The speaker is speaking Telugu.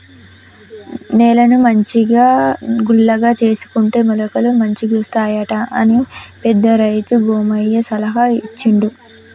నేలను మంచిగా గుల్లగా చేసుకుంటే మొలకలు మంచిగొస్తాయట అని పెద్ద రైతు భూమయ్య సలహా ఇచ్చిండు